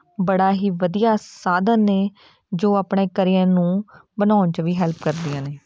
ਬੜਾ ਹੀ ਵਧੀਆ ਸਾਧਨ ਨੇ ਜੋ ਆਪਣੇ ਕਰੀਅਰ ਨੂੰ ਬਣਾਉਣ 'ਚ ਵੀ ਹੈਲਪ ਕਰਦੀਆਂ ਨੇ